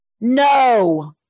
No